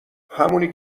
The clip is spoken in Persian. همونی